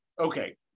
okay